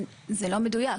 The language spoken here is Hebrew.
זה לא מדויק,